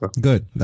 Good